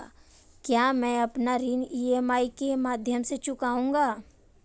क्या मैं अपना ऋण ई.एम.आई के माध्यम से चुकाऊंगा?